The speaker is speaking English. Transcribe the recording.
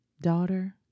Daughter